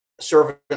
servant